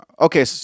Okay